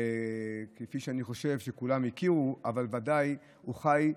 כפי שאני חושב שכולם הכירו, חי,